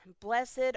blessed